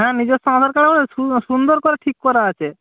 হ্যাঁ নিজেস্ব আধার কার্ড হবে সুন্দর করে ঠিক করা আছে